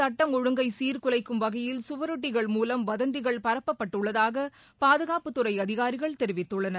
சுட்டம் ஒழுங்கை சீர்குலைக்கும் வகையில் சுவரொட்டிகள் மூலம் வதந்திகள் பரப்ப பட்டுள்ளதாக பாதுகாப்பு துறை அதிகாரிகள் தெரிவித்துள்ளனர்